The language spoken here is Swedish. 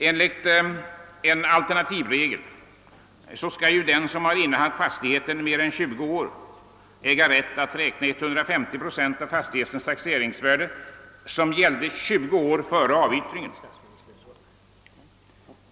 Enligt en alternativregel skall den som har innehaft fastighet mer än 20 år äga rätt att räkna 150 procent av dess taxeringsvärde 20 år före avyttringen.